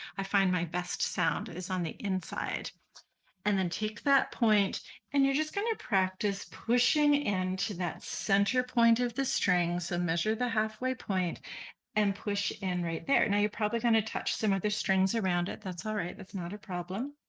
i find my best sound is on the inside and then take that point and you're just going to practice pushing into that center point of the string. so measure the halfway point and push in right there. now you're probably going to touch some other strings around it, that's all right that's not a problem.